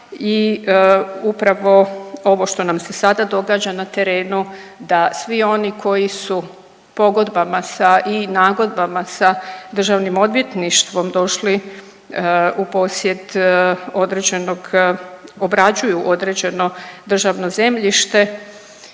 i upravo ovo što nam se sada događa na terenu da svi oni koji su pogodbama i nagodbama sa državnim odvjetništvom došli u posjed određenog obrađuju određeno državno zemljište